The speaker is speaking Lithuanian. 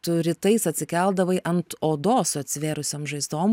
tu rytais atsikeldavai ant odos su atsivėrusiom žaizdom